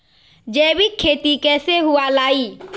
जैविक खेती कैसे हुआ लाई?